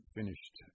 finished